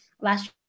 last